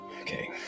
Okay